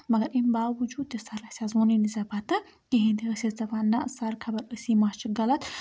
مَگر اَمہِ باوجوٗد تہِ سر اَسہِ حظ ووٚنے نہٕ ژےٚ پَتہٕ کِہینۍ تہِ أسۍ ٲسۍ دپان نہ سر خبر أسی ما چھِ غلط